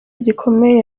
gikomeye